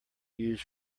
used